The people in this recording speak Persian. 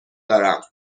دارم